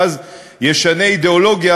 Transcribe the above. ואז ישנה אידיאולוגיה,